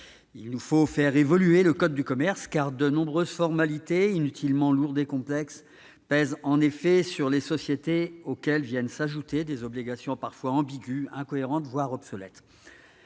Il nous faut faire évoluer le code de commerce, car de nombreuses formalités inutilement lourdes et complexes pèsent en effet sur les sociétés. Viennent s'y ajouter des obligations parfois ambiguës, incohérentes, voire obsolètes.